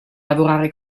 lavorare